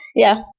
yeah.